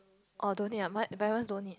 oh don't need [ah]my parents don't need